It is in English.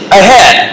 ahead